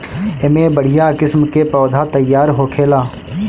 एमे बढ़िया किस्म के पौधा तईयार होखेला